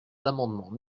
l’amendement